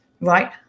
right